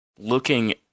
Looking